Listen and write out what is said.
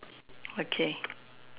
okay